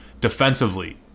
defensively